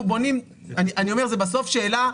אני אומר שזה בסוף שאלה,